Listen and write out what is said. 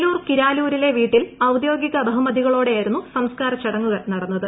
വേലൂർ കിരാലൂരിലെ വീട്ടിൽ ഔദ്യോഗിക ബഹുമതികളോ ടെയായിരുന്നു സംസ്കാര ചടങ്ങുകൾ നടന്നത്